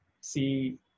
see